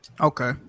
Okay